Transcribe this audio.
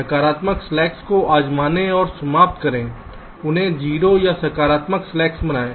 नकारात्मक स्लैक्स को आज़माएं और समाप्त करें उन्हें 0 या सकारात्मक बनाएं